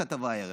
הכתבה הערב.